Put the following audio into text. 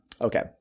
Okay